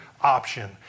option